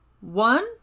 One